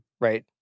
Right